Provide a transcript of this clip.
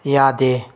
ꯌꯥꯗꯦ